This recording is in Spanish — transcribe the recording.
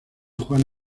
juan